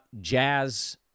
Jazz